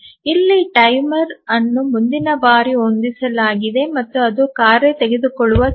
ಇಲ್ಲಿ ಟೈಮರ್ ಅನ್ನು ಮುಂದಿನ ಬಾರಿ ಹೊಂದಿಸಲಾಗಿದೆ ಮತ್ತು ಅದು ಕಾರ್ಯ ತೆಗೆದುಕೊಳ್ಳುವ ಸಮಯ